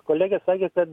kolegė sakė kad